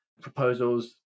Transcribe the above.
proposals